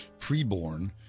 Preborn